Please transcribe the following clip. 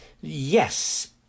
Yes